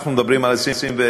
אנחנו מדברים על 21%,